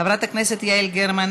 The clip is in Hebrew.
חברת הכנסת יעל גרמן,